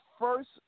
first